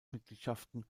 mitgliedschaften